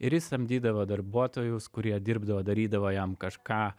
ir jis samdydavo darbuotojus kurie dirbdavo darydavo jam kažką